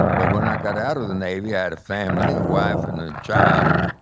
but when i got out of the navy, i had a family, a wife and a child,